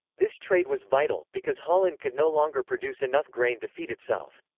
this trade was vital, because holland could no longer produce enough grain to feed itself.